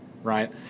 Right